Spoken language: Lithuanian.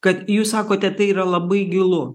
kad jūs sakote tai yra labai gilu